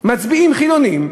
מצביעים חילונים,